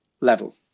level